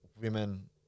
women